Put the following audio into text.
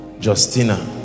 Justina